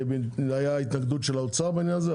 הייתה התנגדות של האוצר בעניין הזה,